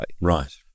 Right